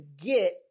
get